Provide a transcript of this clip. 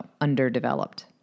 underdeveloped